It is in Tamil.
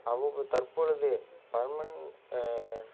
அவ்வப்போ தற்பொழுது பர்மன்